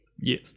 Yes